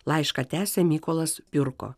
laišką tęsia mykolas piurko